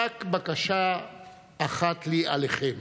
רק בקשה אחת לי אליכם: